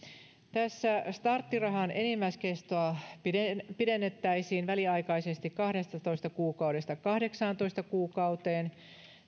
tässä starttirahan enimmäiskestoa pidennettäisiin pidennettäisiin väliaikaisesti kahdestatoista kuukaudesta kahdeksaantoista kuukauteen